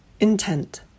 Intent